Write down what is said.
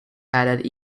headed